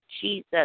Jesus